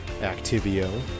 Activio